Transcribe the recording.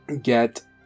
get